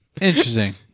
Interesting